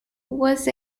was